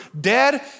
dead